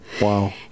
Wow